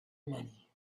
money